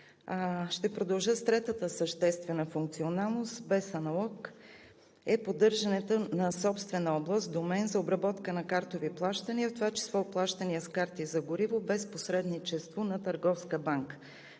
Ще продължа с третата съществена функционалност. Без аналог е поддържането на собствена област – домейн за обработка на картови плащания, в това число плащания с карти за гориво без посредничество на търговска банка.